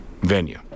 venue